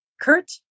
Kurt